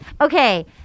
okay